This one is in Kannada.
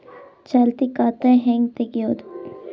ಚಾಲತಿ ಖಾತಾ ಹೆಂಗ್ ತಗೆಯದು?